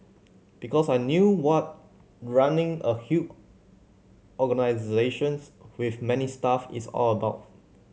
because I knew what running a huge organisations with many staff is all about